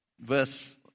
verse